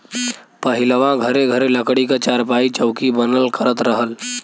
पहिलवां घरे घरे लकड़ी क चारपाई, चौकी बनल करत रहल